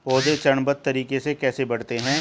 पौधे चरणबद्ध तरीके से कैसे बढ़ते हैं?